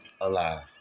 Alive